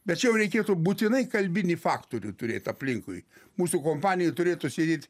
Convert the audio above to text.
bet čia jau reikėtų būtinai kalbinį faktorių turėt aplinkui mūsų kompanijoj turėtų sėdėt